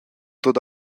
tut